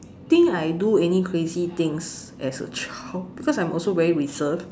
think I do any crazy things as a child because I'm also very reserved